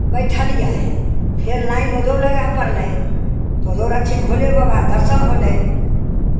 बैठलियै फेर लाइन ओजहु लगय पड़लै ओजहु रहथिन भोले बाबा दर्शन होलै